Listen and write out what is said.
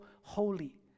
holy